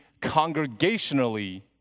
congregationally